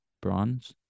bronze